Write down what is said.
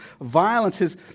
violence